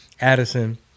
Addison